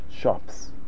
shops